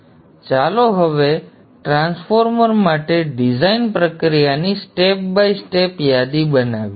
તેથી ચાલો હવે ટ્રાન્સફોર્મર માટે ડિઝાઇન પ્રક્રિયાની સ્ટેપ બાય સ્ટેપ યાદી બનાવીએ